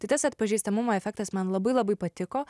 tai tas atpažįstamumo efektas man labai labai patiko